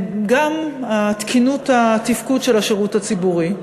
גם, תקינות התפקוד של השירות הציבורי.